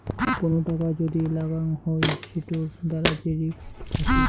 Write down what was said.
কোন টাকা যদি লাগাং হই সেটোর দ্বারা যে রিস্ক থাকি